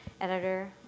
editor